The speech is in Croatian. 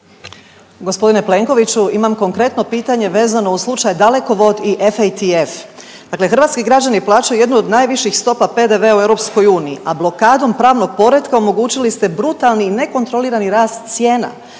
G. Plenkoviću, imam konkretno pitanje vezano uz slučaj Dalekovod i FATF. Dakle hrvatski građani plaćaju jednu od najviših stopa PDV-a u EU, a blokadom pravnog poretka omogućili ste brutalni nekontrolirani rast cijena.